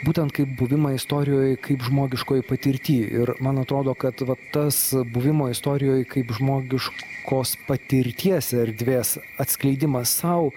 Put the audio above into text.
būtent kaip buvimą istorijoj kaip žmogiškoj patirty ir man atrodo kad va tas buvimo istorijoje kaip žmogiškos patirties erdvės atskleidimas sau